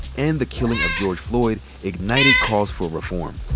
and the killing of george floyd ignited calls for reform.